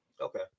Okay